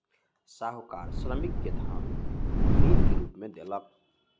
साहूकार श्रमिक के धन ऋण के रूप में देलक